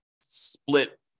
split